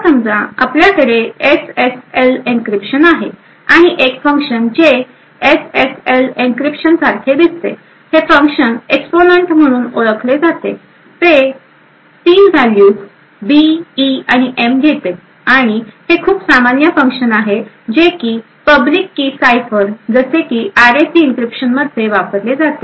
आता समजा आपल्याकडे एसएसएल एन्क्रिप्शन आहे आणि एक फंक्शन जे एसएसएल एन्क्रिप्शन सारखे दिसते हे फंक्शन एक्सपोन्ट म्हणून ओळखले जाते ते 3 व्हॅल्यूज बी ई आणि एम घेते आणि हे खूप सामान्य फंक्शन आहे जे की पब्लिक की सायफर जसे की आर ए सी इंक्रीप्शन मध्ये वापरले जाते